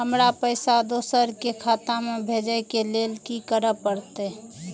हमरा पैसा दोसर के खाता में भेजे के लेल की करे परते?